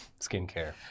skincare